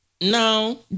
No